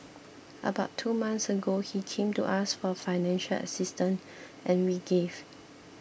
about two months ago he came to us for financial assistance and we gave